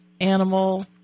animal